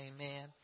Amen